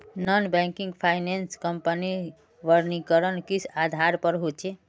Non banking finance कंपनीर वर्गीकरण किस आधार पर होचे?